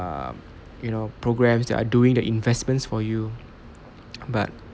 um you know programmes that are doing the investments for you but